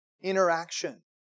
interaction